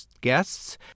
guests